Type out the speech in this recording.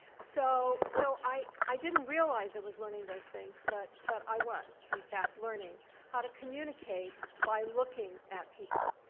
so, so i i didn't realize i was learning those things, but but i was in fact, learning how to communicate by looking at people.